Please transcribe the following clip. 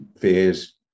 fears